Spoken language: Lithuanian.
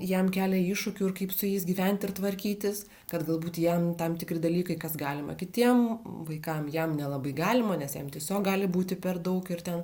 jam kelia iššūkių ir kaip su jais gyventi ir tvarkytis kad galbūt jam tam tikri dalykai kas galima kitiem vaikam jam nelabai galima nes jam tiesiog gali būti per daug ir ten